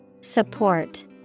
support